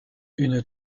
une